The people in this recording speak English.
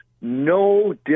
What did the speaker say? No